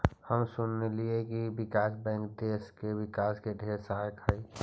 हम सुनलिअई हे विकास बैंक देस के विकास में ढेर सहायक हई